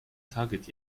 target